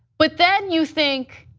but then you think,